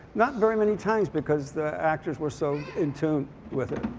not very many times because the actors were so in tune with it.